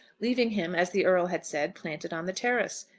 leaving him, as the earl had said, planted on the terrace.